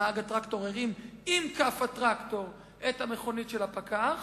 נהג הטרקטור הרים עם כף הטרקטור את המכונית של הפקח,